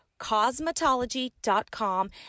cosmetology.com